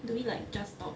do we like just stop